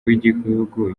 w’igihugu